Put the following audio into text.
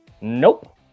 Nope